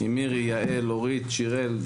עם מירי, יעל, אורית ושיראל.